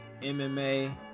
MMA